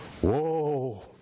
whoa